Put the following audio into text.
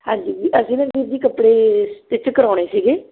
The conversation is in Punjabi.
ਹਾਂਜੀ ਜੀ ਅਸੀਂ ਨਾ ਵੀਰ ਜੀ ਕੱਪੜੇ ਸਟਿੱਚ ਕਰਵਾਉਣੇ ਸੀਗੇ